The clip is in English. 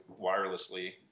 wirelessly